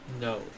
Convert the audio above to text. No